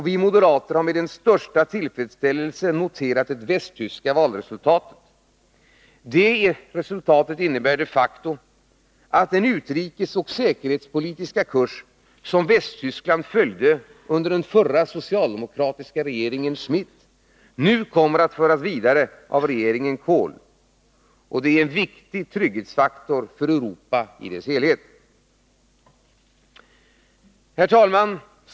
Vi moderater har med den största tillfredsställelse noterat det västtyska valresultatet. Detta innebär de facto att den utrikesoch säkerhetspolitiska kurs som Västtyskland följde under den förra socialdemokratiska regeringen Schmidt nu kommer att föras vidare av regeringen Kohl. Det är en viktig trygghetsfaktor för Europa i dess helhet. Herr talman!